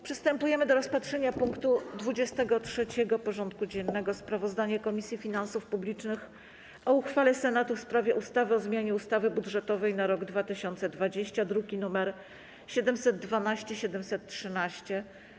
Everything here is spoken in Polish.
Przystępujemy do rozpatrzenia punktu 23. porządku dziennego: Sprawozdanie Komisji Finansów Publicznych o uchwale Senatu w sprawie ustawy o zmianie ustawy budżetowej na rok 2020 (druki nr 712 i 713)